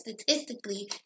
statistically